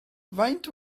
faint